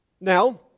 Now